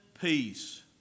peace